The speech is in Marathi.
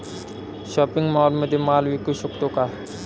शॉपिंग मॉलमध्ये माल विकू शकतो का?